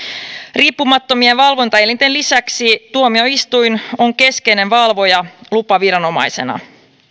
riippumattomien valvontaelinten lisäksi tuomioistuin on keskeinen valvoja lupaviranomaisena